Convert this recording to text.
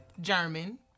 German